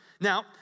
Now